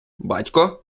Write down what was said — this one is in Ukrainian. батько